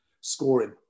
scoring